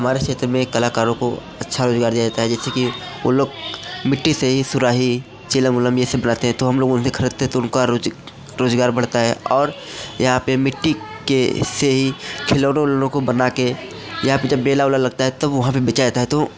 हमारे क्षेत्र में कलाकारों को अच्छा व्यवहार दिया जाता है जैसे कि वो लोग मिट्टी से ही सुराही चिलम विल्लम यह सब लाते हैं तो हम लोग उन्हें खरीदते हैं तो उनका रोज़ रोज़गार बढ़ता है और यहाँ पर मिट्टी के से ही खिलौनों उलौनों को बनाकर यहाँ पर जब मेला वेला लगता है तब वहाँ पर बेचा जाता है तो